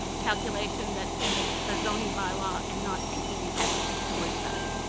calculation that's in the the zoning bylaw and not thinking ahead towards that.